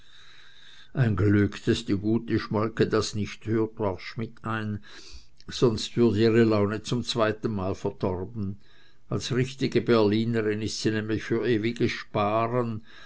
ein glück daß das die schmolke nicht hört warf schmidt ein sonst würd ihr ihre laune zum zweiten male verdorben als richtige berlinerin ist sie nämlich für ewiges sparen